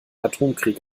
atomkrieg